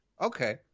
Okay